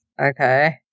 okay